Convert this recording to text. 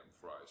Fries